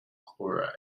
chloride